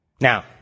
now